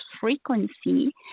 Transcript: frequency